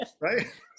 right